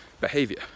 behavior